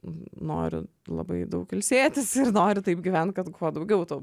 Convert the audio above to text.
noriu labai daug ilsėtis ir noriu taip gyventi kad kuo daugiau